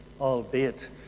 albeit